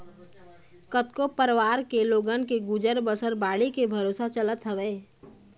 कतको परवार के लोगन के गुजर बसर बाड़ी के भरोसा चलत हवय